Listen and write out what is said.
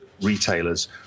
retailers